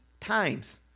times